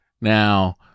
Now